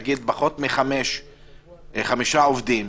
נגיד פחות מחמישה עובדים,